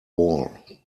wall